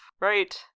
right